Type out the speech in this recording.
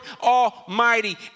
Almighty